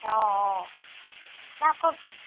অঁ অঁ ন ক'ত